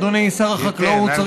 אדוני שר החקלאות,